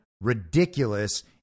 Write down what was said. ridiculous